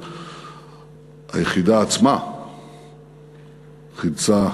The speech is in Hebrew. אבל היחידה עצמה חילצה